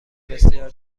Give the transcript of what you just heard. بسیار